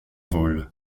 vol